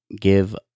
give